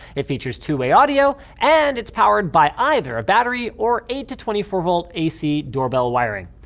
it features two-way audio and it's powered by either a battery or eight to twenty four volt ac doorbell wiring.